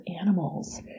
animals